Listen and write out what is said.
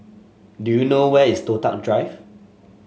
do you know where is Toh Tuck Drive